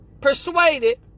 persuaded